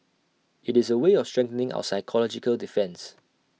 IT is A way of strengthening our psychological defence